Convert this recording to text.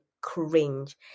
cringe